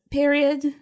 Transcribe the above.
period